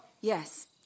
Yes